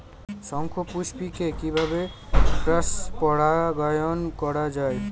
শঙ্খপুষ্পী কে কিভাবে ক্রস পরাগায়ন করা যায়?